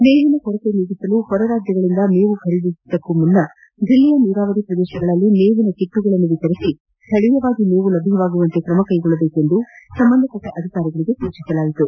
ಮೇವಿನ ಕೊರತೆ ನೀಗಿಸಲು ಹೊರ ರಾಜ್ಯಗಳಿಂದ ಮೇವು ಖರೀದಿಸುವ ಮುನ್ನ ಜಿಲ್ಲೆಯ ನೀರಾವರಿ ಪ್ರದೇಶಗಳಲ್ಲಿ ಮೇವಿನ ಕಿಟ್ಸುಗಳನ್ನು ವಿತರಿಸಿ ಸ್ವಳೀಯವಾಗಿ ಮೇವು ಲಭ್ಞವಾಗುವಂತೆ ಕ್ರಮ ಕೈಗೊಳ್ಳಬೇಕೆಂದು ಸಂಬಂಧಪಟ್ಟ ಅಧಿಕಾರಿಗಳಿಗೆ ಸೂಚಿಸಲಾಯಿತು